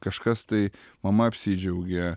kažkas tai mama apsidžiaugė